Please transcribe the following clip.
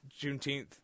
Juneteenth